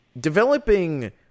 developing